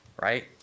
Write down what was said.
Right